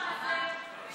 אני